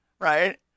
Right